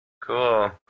Cool